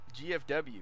GFW